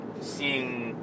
seeing